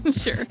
Sure